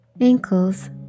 ankles